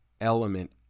element